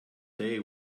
day